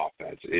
offense